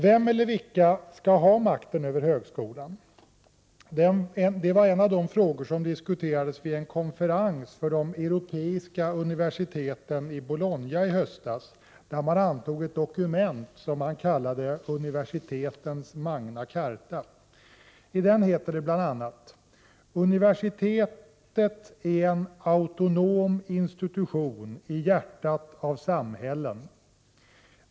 Vem eller vilka skall ha makten över högskolan? Det var en av de frågor som diskuterades vid en konferens för de europeiska universiteten i Bologna i höstas, där man antog ett dokument som kallas Universitetens Magna Charta. Där heter det bl.a.: ”Universitetet är en autonom institution i hjärtat av samhällen.